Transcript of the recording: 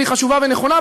והיא חשובה ונכונה,